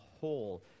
whole